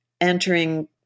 entering